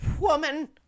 woman